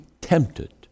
tempted